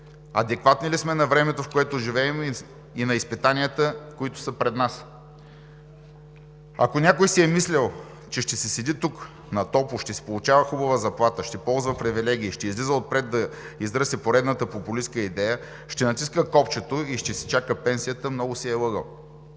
адекватни ли сме на времето, в което живеем, и на изпитанията, които са пред нас. Ако някой си е мислил, че ще си седи тук на топло, ще си получава хубава заплата, ще ползва привилегии, ще излиза отпред да изръси поредната популистка идея, ще натиска копчето и ще си чака пенсията, много се е лъгал.